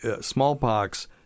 Smallpox